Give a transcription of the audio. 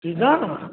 ठीकु आहे